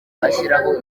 ashyiraho